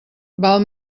val